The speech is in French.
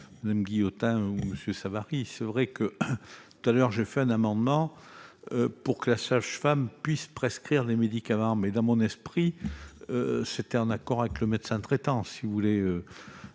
Mme Guillotin ou M. Savary. Il est vrai que, tout à l'heure, j'ai présenté un amendement tendant à ce que la sage-femme puisse prescrire des médicaments, mais, dans mon esprit, c'était en accord avec le médecin traitant. Il s'agit